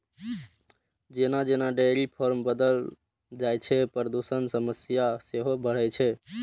जेना जेना dairy farm बढ़ल जाइ छै, प्रदूषणक समस्या सेहो बढ़ै छै